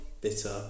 bitter